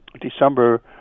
December